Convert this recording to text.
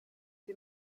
sie